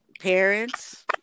parents